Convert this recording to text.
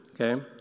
okay